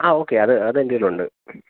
ആ ഓക്കെ അത് അത് എന്റെ കയ്യിലുണ്ട്